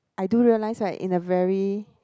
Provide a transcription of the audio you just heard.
I do realise right in a very